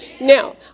Now